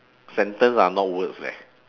sentence are not words leh